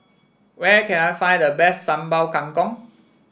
where can I find the best Sambal Kangkong